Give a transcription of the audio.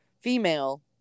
female